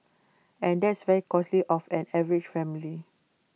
and that's very costly of an average family